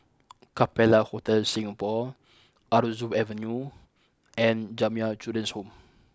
Capella Hotel Singapore Aroozoo Avenue and Jamiyah Children's Home